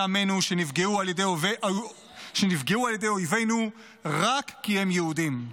עמנו שנפגעו על ידי אויבינו רק כי הם יהודים.